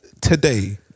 today